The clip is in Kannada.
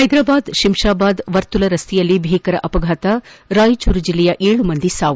ಪೈದರಾಬಾದ್ ಶಿಂತಾಬಾದ್ ವರ್ತುಲ ರಸ್ತೆಯಲ್ಲಿ ಭೀಕರ ಅಪಘಾತ ರಾಯಚೂರು ಜಿಲ್ಲೆಯ ಏಳು ಮಂದಿ ಸಾವು